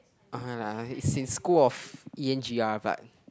ah like it's in school of E N G R but